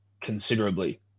considerably